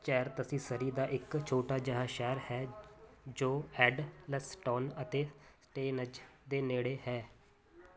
Chertsey Surrey ਦਾ ਇੱਕ ਛੋਟਾ ਜਿਹਾ ਸ਼ਹਿਰ ਹੈ ਜੋ ਐਡਲਸਟੋਨ ਅਤੇ ਸਟੇਨਜ਼ ਦੇ ਨੇੜੇ ਹੈ